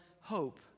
hope